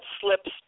slips